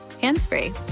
hands-free